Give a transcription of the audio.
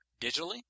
digitally